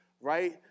right